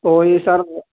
تو وہی سر